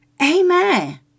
Amen